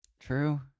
True